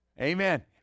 Amen